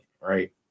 right